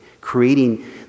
creating